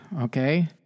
okay